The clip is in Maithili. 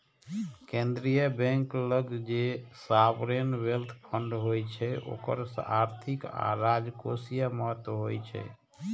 केंद्रीय बैंक लग जे सॉवरेन वेल्थ फंड होइ छै ओकर आर्थिक आ राजकोषीय महत्व होइ छै